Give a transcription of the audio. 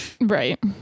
Right